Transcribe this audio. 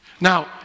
Now